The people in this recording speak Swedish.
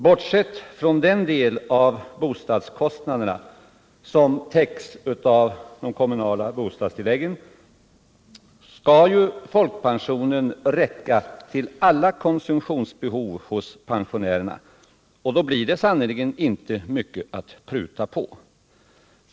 Bortsett från den del av bostadskostnaderna som täcks av de kommunala bostadstilläggen skall ju folkpensionen räcka till alla konsumtionsbehov hos pensionärerna, och då blir det sannerligen inte mycket att pruta på.